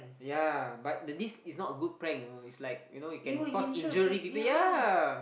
yea but the this is not a good prank you know it's like you know can cause injury people yea